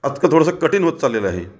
आजकाल थोडंसं कठीण होत चाललेलं आहे